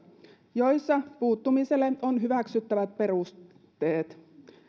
joissa puuttumiselle on hyväksyttävät perusteet